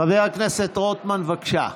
חבר הכנסת רוטמן, בבקשה.